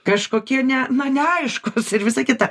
kažkokie ne na neaiškus ir visa kita